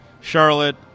Charlotte